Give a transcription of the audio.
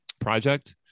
project